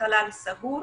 בחלל סגור,